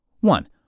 One